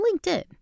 LinkedIn